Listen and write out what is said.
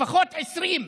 לפחות 20,